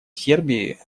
сербии